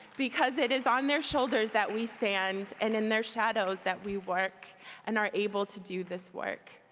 because it is on their shoulders that we stand and in their shadows that we work and are able to do this work.